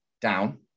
down